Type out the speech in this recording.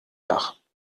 dach